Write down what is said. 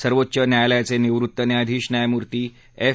सर्वोच्च न्यायालयाचे निवृत्त न्यायाधीश न्यायमूर्ती एफ